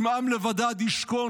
עִם עַם לבדד ישכון.